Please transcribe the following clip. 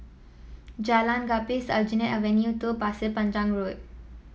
Jalan Gapis Aljunied Avenue Two Pasir Panjang Road